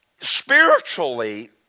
Spiritually